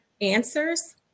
answers